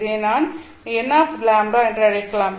இதை நாம் n λ என்று அழைக்கலாம்